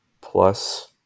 plus